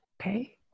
okay